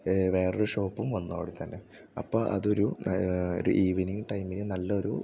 വേറൊരു ഷോപ്പും വന്നു അവിടെ തന്നെ അപ്പം അതൊരു ഈവനിങ്ങ് ടൈമിൽ നല്ലൊരു